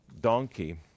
donkey